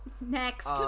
Next